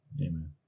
Amen